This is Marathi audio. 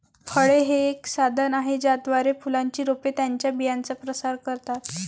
फळे हे एक साधन आहे ज्याद्वारे फुलांची रोपे त्यांच्या बियांचा प्रसार करतात